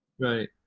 Right